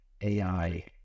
AI